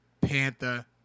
Panther